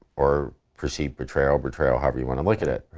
or perceived betrayal, betrayal however you wanna look at it.